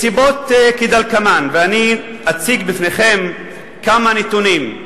מהסיבות כדלקמן, ואני אציג בפניכם כמה נתונים.